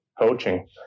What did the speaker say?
coaching